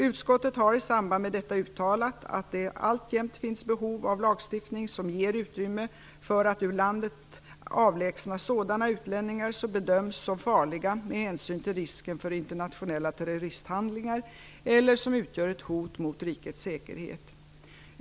Utskottet har i samband med detta uttalat att det alltjämt finns behov av lagstiftning som ger utrymme för att ur landet avlägsna sådana utlänningar som bedöms som farliga med hänsyn till risken för internationella terroristhandlingar eller som utgör ett hot mot rikets säkerhet .